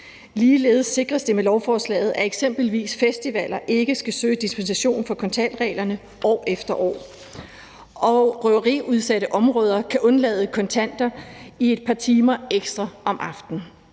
Ligeledes sikres det med lovforslaget, at eksempelvis festivaler ikke skal søge dispensation fra kontantreglerne år efter år og røveriudsatte områder kan undlade at have kontanter i et par timer ekstra om aftenen.